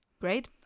great